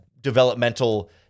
developmental